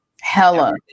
hella